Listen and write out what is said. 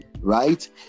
right